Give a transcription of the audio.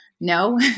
no